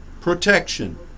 protection